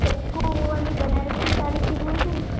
सब को वो वाली बनारस की साड़ी का बोल दूँ